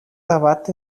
debat